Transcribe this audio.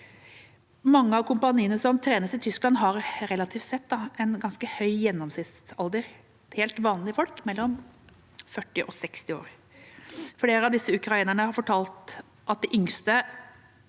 Mange av kompaniene som trenes i Tyskland, har en relativt sett ganske høy gjennomsnittsalder – helt vanlige folk mellom 40 og 60 år. Flere av disse ukrainerne har forklart at de yngre